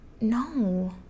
no